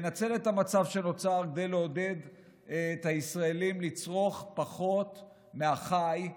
צריך לנצל את המצב שנוצר כדי לעודד את הישראלים לצרוך פחות מהחי,